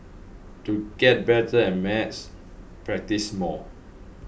to get better at maths practise more